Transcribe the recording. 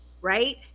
Right